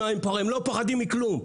הם לא פוחדים מכלום.